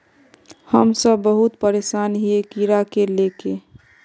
हम सब बहुत परेशान हिये कीड़ा के ले के?